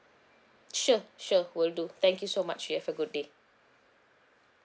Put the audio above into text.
sure sure will do thank you so much you have a good day